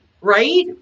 right